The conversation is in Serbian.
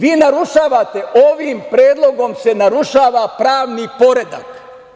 Vi narušavate, ovim Predlogom se narušava pravni poredak.